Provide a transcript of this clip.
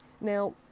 Now